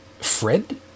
Fred